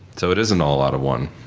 so it isn't all out of one.